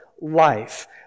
life